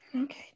Okay